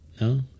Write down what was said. No